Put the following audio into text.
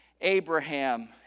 Abraham